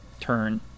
turn